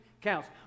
counts